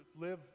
live